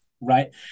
right